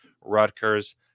Rutgers